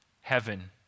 heaven